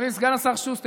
אדוני סגן השר שוסטר,